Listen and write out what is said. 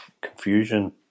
confusion